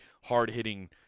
hard-hitting